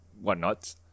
whatnot